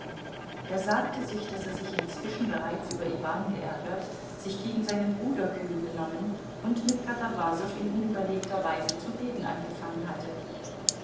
er sagte sich daß er sich inzwischen bereits über iwan geärgert sich gegen seinen bruder kühl benommen und mit katawasow in unüberlegter weise zu reden angefangen hatte